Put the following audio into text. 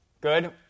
good